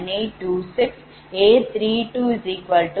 7826 A320